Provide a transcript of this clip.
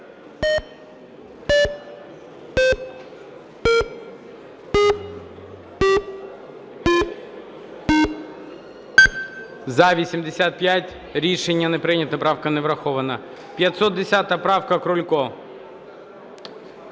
За-85 Рішення не прийнято. Правка не врахована. 510 правка, Крулько.